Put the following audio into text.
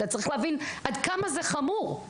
אתה צריך להבין עד כמה זה חמור.